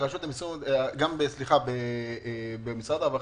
גם במשרד הרווחה,